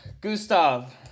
Gustav